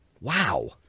Wow